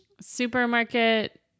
Supermarket